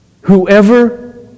Whoever